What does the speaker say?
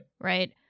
right